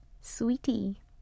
Sweetie